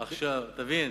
תבין,